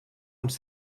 uns